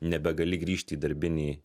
nebegali grįžt į darbinį